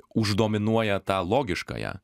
uždominuoja tą logiškąją